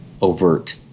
overt